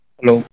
Hello